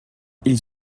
ils